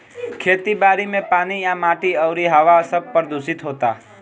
खेती बारी मे पानी आ माटी अउरी हवा सब प्रदूशीत होता